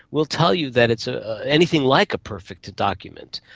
will tell you that it's ah anything like a perfect document,